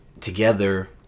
together